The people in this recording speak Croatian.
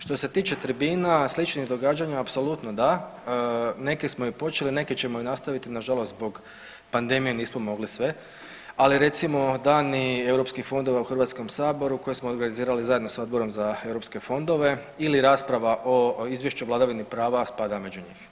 Što se tiče tribina i sličnih događanja apsolutno da, neke smo i počeli, neke ćemo i nastaviti, nažalost zbog pandemije nismo mogli sve, ali recimo Dani europskih fondova u Hrvatskom saboru koje smo organizirali zajedno sa Odborom za europske fondove ili rasprava o izvješću vladavini prava spada među njih.